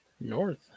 North